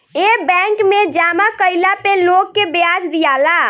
ए bank मे जामा कइला पे लोग के ब्याज दियाला